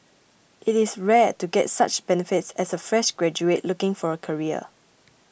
it is rare to get such benefits as a fresh graduate looking for a career